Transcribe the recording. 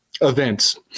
events